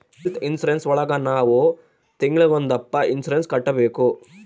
health insurance ಒಳಗ ನಾವ್ ತಿಂಗ್ಳಿಗೊಂದಪ್ಪ ಇನ್ಸೂರೆನ್ಸ್ ಕಟ್ಟ್ಬೇಕು